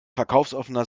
verkaufsoffener